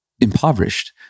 impoverished